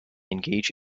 engage